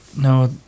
no